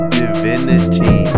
divinity